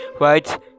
right